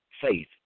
faith